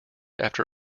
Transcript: after